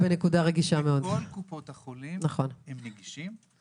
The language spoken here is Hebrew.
בכל קופות החולים הם נגישים.